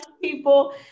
people